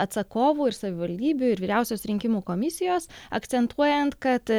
atsakovų ir savivaldybių ir vyriausios rinkimų komisijos akcentuojant kad